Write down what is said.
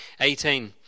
18